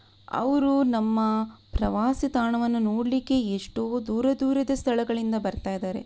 ಅವರು ನಮ್ಮ ಪ್ರವಾಸಿ ತಾಣವನ್ನು ನೋಡಲಿಕ್ಕೆ ಎಷ್ಟೋ ದೂರ ದೂರದ ಸ್ಥಳಗಳಿಂದ ಬರ್ತಾ ಇದ್ದಾರೆ